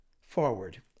forward